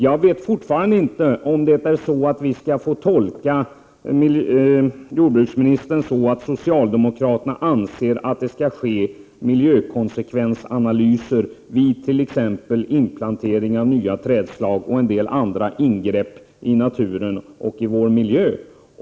Jag vet fortfarande inte om vi skall tolka jordbruksministern så att socialdemokraterna anser att det skall göras miljökonsekvensanalys vid t.ex. inplantering av nya trädslag och en del andra ingrepp i naturen och i vår miljö.